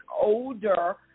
older